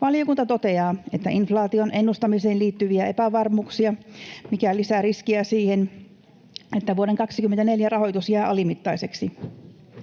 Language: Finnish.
Valiokunta toteaa, että inflaation ennustamiseen liittyy epävarmuuksia, mikä lisää riskiä siihen, että vuoden 24 rahoitus jää alimittaiseksi.